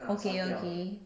okay okay